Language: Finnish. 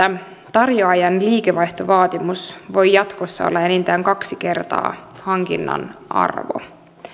tarjoajan liikevaihtovaatimus voi jatkossa olla enintään kaksi kertaa hankinnan arvo